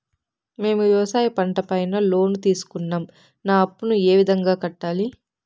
మేము వ్యవసాయ పంట పైన లోను తీసుకున్నాం నా అప్పును ఏ విధంగా కట్టాలి